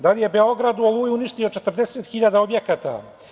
Da li je Beograd u „Oluji“ uništio 40 hiljada objekata?